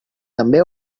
també